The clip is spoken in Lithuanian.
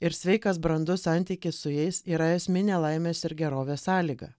ir sveikas brandus santykis su jais yra esminė laimės ir gerovės sąlyga